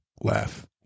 Laugh